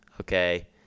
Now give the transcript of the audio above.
okay